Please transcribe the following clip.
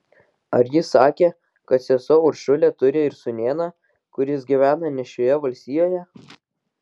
ar ji sakė kad sesuo uršulė turi ir sūnėną kuris gyvena ne šioje valstijoje